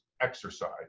exercise